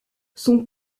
son